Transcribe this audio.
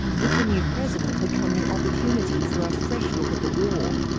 with the new president had come the opportunity for a fresh look at the war.